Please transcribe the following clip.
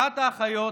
אחת האחיות